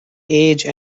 age